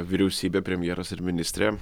vyriausybė premjeras ir ministrė